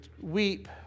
weep